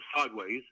sideways